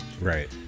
Right